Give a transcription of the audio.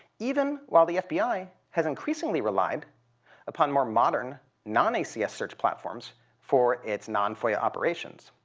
even while the fbi has increasingly relied upon more modern non-acs yeah search platforms for its non-foia operations.